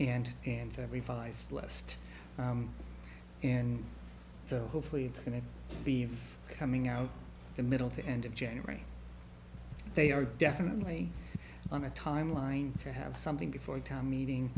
and and every five list and so hopefully it's going to be coming out the middle to end of january they are definitely on a timeline to have something before a town meeting